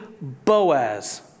Boaz